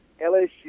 LSU